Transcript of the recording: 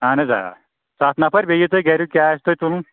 اہن حظ آ سَتھ نَفر بیٚیہِ یہِ تۄہہِ گَریُک کیٛاہ آسہِ تۄہہِ تُلُن